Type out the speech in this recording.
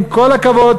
עם כל הכבוד,